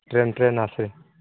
train train ଆସେ